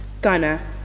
Gunner